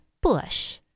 bush